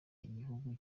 igihugu